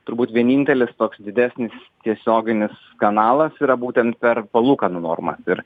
turbūt vienintelis toks didesnis tiesioginis kanalas yra būtent per palūkanų normąs ir